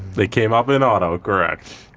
they came up in autocorrect.